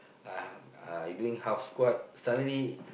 uh I doing half squat suddenly